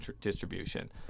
distribution